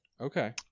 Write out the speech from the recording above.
Okay